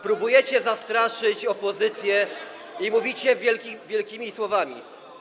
Próbujecie zastraszyć opozycję [[Gwar na sali]] i mówicie wielkimi słowami.